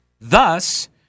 Thus